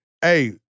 Hey